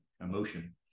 emotion